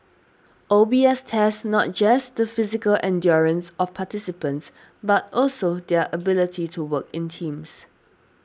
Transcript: O B S tests not just the physical endurance of participants but also their ability to work in teams